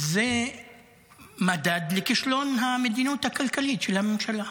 זה מדד לכישלון המדיניות הכלכלית של הממשלה.